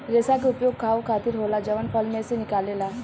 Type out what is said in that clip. रेसा के उपयोग खाहू खातीर होला जवन फल में से निकलेला